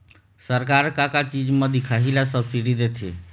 सरकार का का चीज म दिखाही ला सब्सिडी देथे?